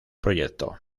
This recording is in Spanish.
proyecto